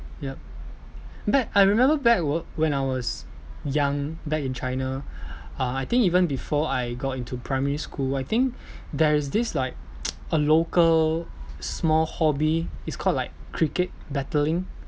yup but I remember back when I was young back in China uh I think even before I got into primary school I think there is this like a local small hobby it's called like cricket battling